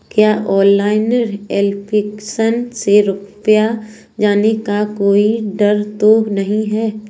क्या online application में रुपया जाने का कोई डर तो नही है?